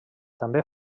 també